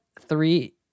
three